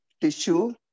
tissue